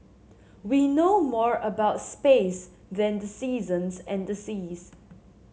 we know more about space than the seasons and the seas